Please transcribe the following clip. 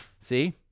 See